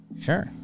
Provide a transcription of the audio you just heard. Sure